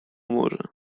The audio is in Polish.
morze